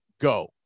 go